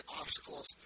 obstacles